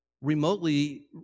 remotely